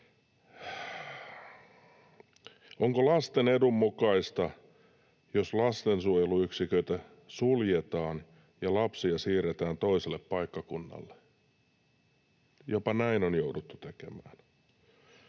Onko lasten edun mukaista, jos lastensuojeluyksiköitä suljetaan ja lapsia siirretään toiselle paikkakunnalle? Jopa näin on jouduttu tekemään.